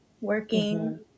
working